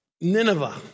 Nineveh